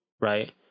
right